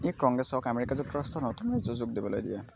ই কংগ্ৰেছক আমেৰিকা যুক্তৰাষ্ট্ৰত নতুন ৰাজ্য যোগ কৰিবলৈ দিয়ে